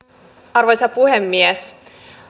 arvoisa puhemies